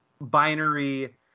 binary